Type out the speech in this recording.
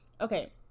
okay